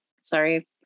Sorry